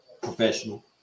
professional